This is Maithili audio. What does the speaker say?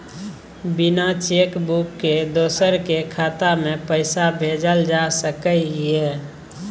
बिना चेक बुक के दोसर के खाता में पैसा भेजल जा सकै ये?